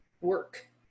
work